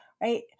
right